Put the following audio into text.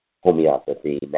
homeopathy